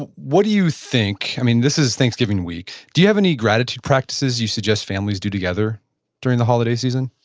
what do you think? i mean this is thanksgiving week. do you have any gratitude practices you suggest families do together during the holiday season?